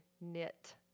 knit